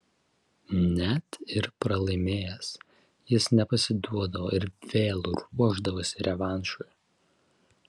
net ir pralaimėjęs jis nepasiduodavo ir vėl ruošdavosi revanšui